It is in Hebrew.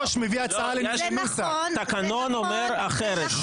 התקנון אומר אחרת.